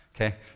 okay